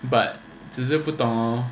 but 只是不懂 hor